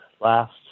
last